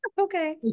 Okay